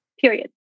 Period